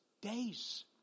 days